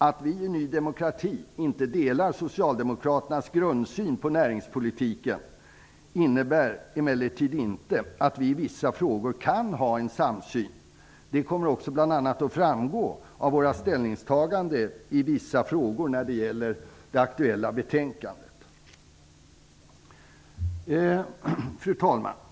Att vi i Ny demokrati inte delar Socialdemokraternas grundsyn på näringspolitiken innebär emellertid inte att vi i vissa frågor inte kan ha en samsyn. Det kommer också att framgå av bl.a. våra ställningstaganden i vissa frågor i det aktuella betänkandet. Fru talman!